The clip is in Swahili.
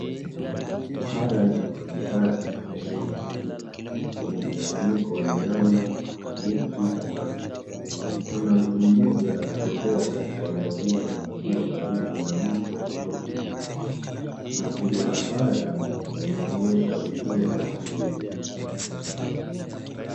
Haya ni mandhari ya kimaumbile yenye mchanganyiko wa miamba, miti na maji. Kuna mtu mmoja akitembea katika eneo hilo, akiwa karibu na mto au kijito. Mazingira haya yanaonyesha uzuri wa asili